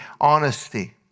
honesty